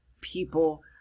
people